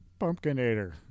Pumpkinator